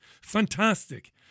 Fantastic